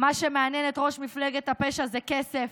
מה שמעניין את ראש מפלגת הפשע זה כסף,